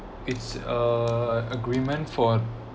it's a agreement for